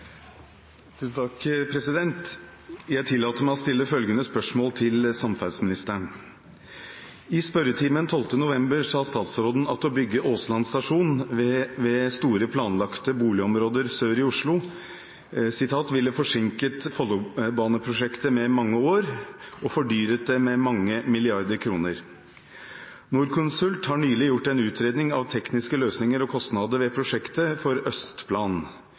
spørretimen 12. november 2014 sa statsråden at å bygge Åsland stasjon ved store planlagte boligområder sør i Oslo «ville forsinket hele Follobaneprosjektet med mange år og fordyret det med mange milliarder kroner». Norconsult har nylig gjort en utredning av tekniske løsninger og kostnader ved prosjektet for Østplan.